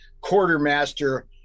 quartermaster